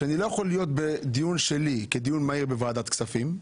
שאני לא יכול להיות בדיון שלי כדיון מהיר בוועדת כספים,